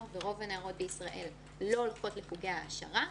ורוב הנערות בישראל לא הולכות לחוגי העשרה.